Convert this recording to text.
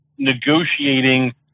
negotiating